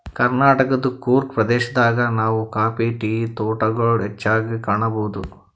ಕರ್ನಾಟಕದ್ ಕೂರ್ಗ್ ಪ್ರದೇಶದಾಗ್ ನಾವ್ ಕಾಫಿ ಟೀ ತೋಟಗೊಳ್ ಹೆಚ್ಚಾಗ್ ಕಾಣಬಹುದ್